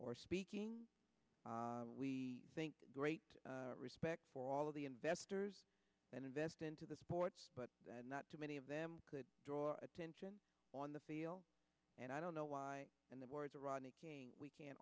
or speaking we think great respect for all of the investors and invest into the sports but not too many of them could draw attention on the field and i don't know why in the words of rodney king we can